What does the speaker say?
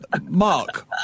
Mark